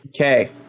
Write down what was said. Okay